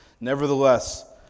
nevertheless